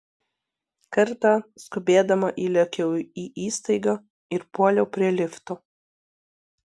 kartą skubėdama įlėkiau į įstaigą ir puoliau prie lifto